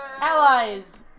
Allies